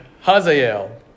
Hazael